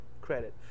credit